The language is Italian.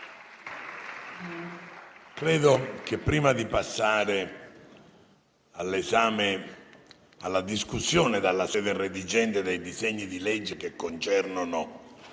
finestra"). Prima di passare alla discussione dalla sede redigente dei disegni di legge che concernono